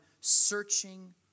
searching